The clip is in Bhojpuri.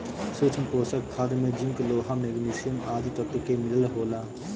सूक्ष्म पोषक खाद में जिंक, लोहा, मैग्निशियम आदि तत्व के मिलल होला